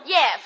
Yes